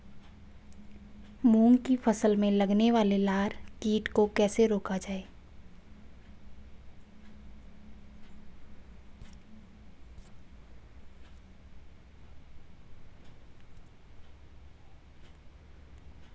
मूंग की फसल में लगने वाले लार कीट को कैसे रोका जाए?